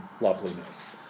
loveliness